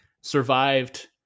survived